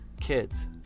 kids